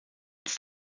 uns